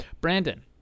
Brandon